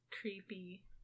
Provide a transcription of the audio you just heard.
creepy